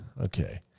Okay